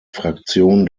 fraktion